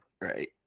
Right